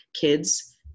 kids